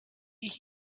ich